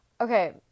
Okay